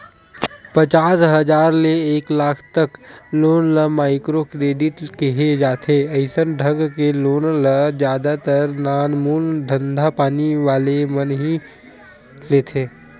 पचास हजार ले एक लाख तक लोन ल माइक्रो क्रेडिट केहे जाथे अइसन ढंग के लोन ल जादा तर नानमून धंधापानी वाले मन ह ही लेथे